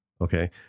Okay